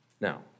Now